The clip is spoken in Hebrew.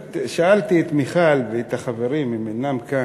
שאלתי את מיכל, ואת החברים, הם אינם כאן,